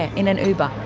in an uber.